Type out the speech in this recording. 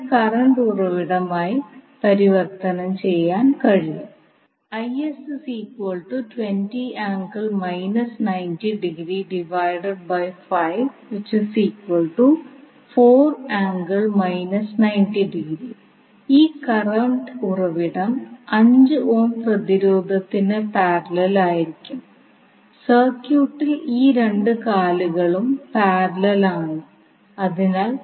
അതിനാൽ നമുക്ക് ഒരു സൂപ്പർ മെഷ് സൃഷ്ടിക്കാൻ കഴിയും കാരണം നിങ്ങൾക്ക് 2 മെഷുകൾക്കിടയിൽ കറണ്ട് ഉറവിടമുണ്ടെങ്കിൽ സൂപ്പർ മെഷ് സൃഷ്ടിച്ച് അത് പരിഹരിക്കാനാകും